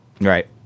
Right